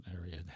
area